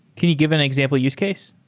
can you give an example use case?